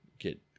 Get